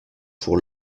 pour